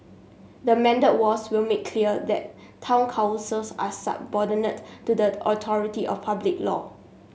the amended laws will make clear that town councils are subordinate to the authority of public law